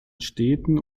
städten